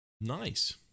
Nice